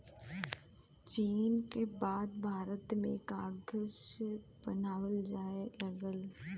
चीन क बाद भारत में कागज बनावल जाये लगल